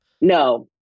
no